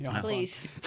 Please